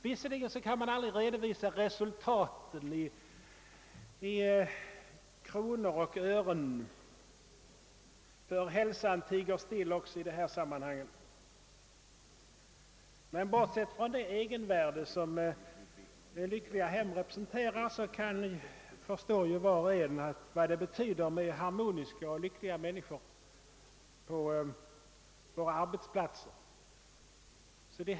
Visserligen kan man aldrig redovisa resultaten i kronor och ören, ty hälsan tiger still också i detta sammanhang. Men bortsett från det egenvärde som lyckliga hem representerar förstår var och en vad harmoniska och lyckliga människor på våra arbetsplatser betyder.